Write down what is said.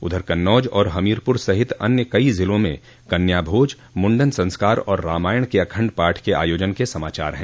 उधर कन्नौज और हमीरपुर सहित अन्य कई ज़िलों में कन्याभोज मुंडन संस्कार और रामायण के अखंड पाठ के आयोजन के समाचार हैं